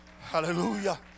hallelujah